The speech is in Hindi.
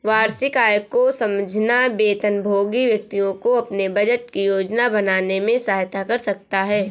वार्षिक आय को समझना वेतनभोगी व्यक्तियों को अपने बजट की योजना बनाने में सहायता कर सकता है